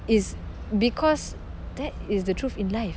is because that is the truth in life